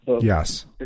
Yes